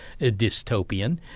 dystopian